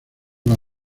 las